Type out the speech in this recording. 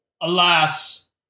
Alas